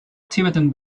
tibetan